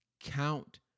Count